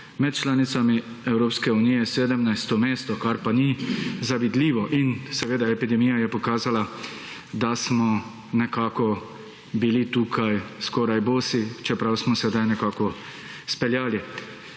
med članicami Evropske unije 17. mesto, kar pa ni zavidljivo. In seveda epidemija je pokazala, da smo nekako bili tukaj skoraj bosi, čeprav smo sedaj nekako speljali.